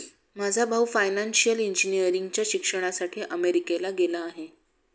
माझा भाऊ फायनान्शियल इंजिनिअरिंगच्या शिक्षणासाठी अमेरिकेला गेला आहे